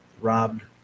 robbed